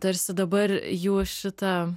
tarsi dabar jų šitą